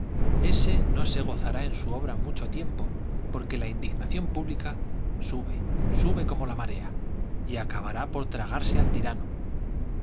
ese no se gozará en su obra mucho tiempo porque la indignación pública sube sube como la marea y acabará por tragarse al tirano